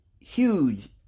huge